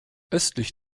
östlich